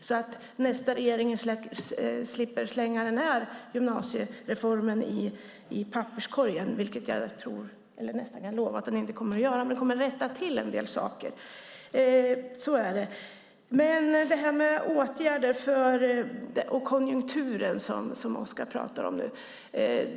Då slipper nästa regering slänga den här gymnasiereformen i papperskorgen. Jag tror eller kan nästan lova att den inte kommer att göra det, men den kommer att rätta till en del saker. Så är det. Oskar pratar om konjunkturen.